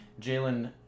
Jalen